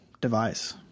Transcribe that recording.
device